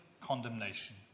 condemnation